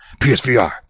PSVR